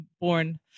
born